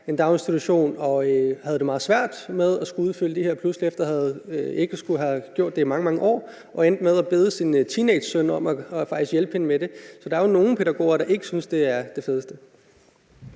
en daginstitution og havde det meget svært med at skulle udfylde det her pludselig efter ikke at have skullet gøre det i mange, mange år, og hun endte med at bede sin teenagesøn om faktisk at hjælpe hende med det. Så der er jo nogle pædagoger, der ikke synes, det er det fedeste.